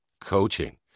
coaching